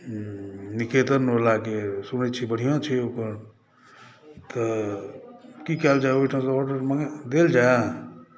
निकेतनवलाके सुनैत छी बढ़िआँ छै ओकर तऽ की कयल जाय ओहिठामसँ ऑर्डर मङ्गायल जाय